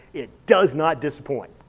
it does not disappoint!